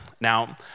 Now